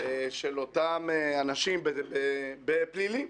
של אותם אנשים בפלילים.